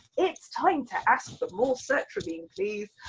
it's time to ask for more sertraline please